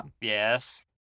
Yes